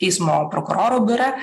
teismo prokuroro biure